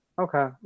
Okay